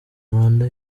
rwanda